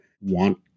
want